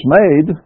made